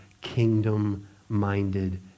kingdom-minded